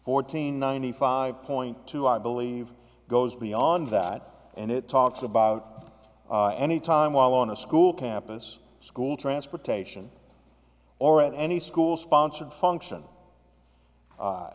fourteen ninety five point two i believe goes beyond that and it talks about any time while on a school campus school transportation or at any school sponsored function